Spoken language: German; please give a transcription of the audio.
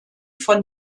von